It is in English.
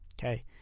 Okay